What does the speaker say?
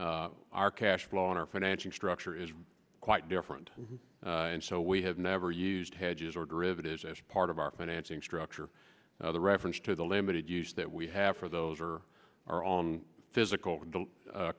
our cash flow and our financing structure is quite different and so we have never used hedges or derivatives as part of our financing structure the reference to the limited use that we have for those are our on physical